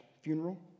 funeral